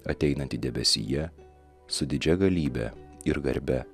ateinantį debesyje su didžia galybe ir garbe